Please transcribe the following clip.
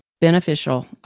beneficial